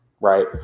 right